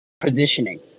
positioning